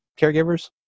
caregivers